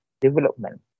development